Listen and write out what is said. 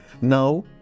Now